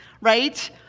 right